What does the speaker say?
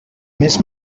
més